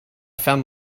found